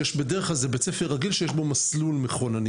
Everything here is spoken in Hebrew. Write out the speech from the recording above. בדרך-כלל זה בית ספר רגיל שיש בו מסלול מחוננים.